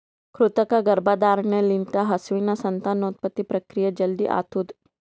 ಕೃತಕ ಗರ್ಭಧಾರಣೆ ಲಿಂತ ಹಸುವಿನ ಸಂತಾನೋತ್ಪತ್ತಿ ಪ್ರಕ್ರಿಯೆ ಜಲ್ದಿ ಆತುದ್